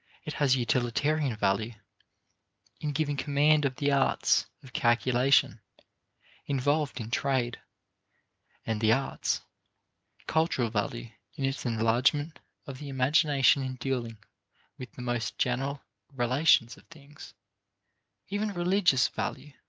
it has utilitarian value in giving command of the arts of calculation involved in trade and the arts culture value in its enlargement of the imagination in dealing with the most general relations of things even religious value